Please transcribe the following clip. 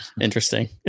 Interesting